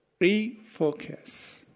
refocus